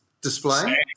display